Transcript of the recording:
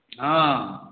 हँ